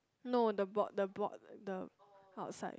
no the board the board the outside